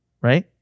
right